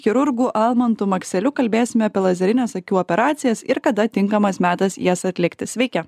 chirurgu almantu makseliu kalbėsime apie lazerines akių operacijas ir kada tinkamas metas jas atlikti sveiki